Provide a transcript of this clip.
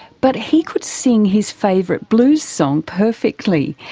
but he could sing his favourite blues song perfectly.